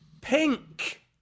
pink